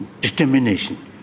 determination